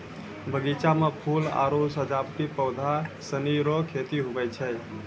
बगीचा मे फूल आरु सजावटी पौधा सनी रो खेती हुवै छै